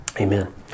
Amen